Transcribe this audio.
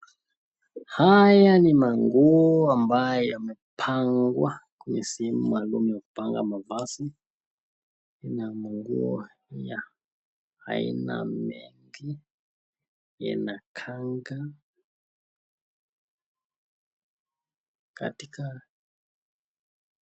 Haya ni manguo ambayo yamepangwa kwenye sehemu maalum ya kupanga mavazi, ina manguo ya aina mengi, ina kanga katika...